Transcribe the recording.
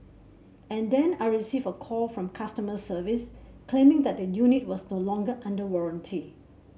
and then I received a call from customer service claiming that the unit was no longer under warranty